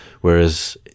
whereas